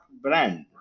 brand